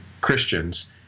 Christians